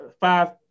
five